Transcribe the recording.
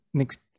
next